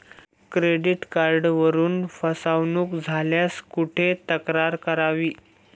Credit कार्डवरून फसवणूक झाल्यास कुठे तक्रार करावी?